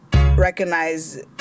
recognize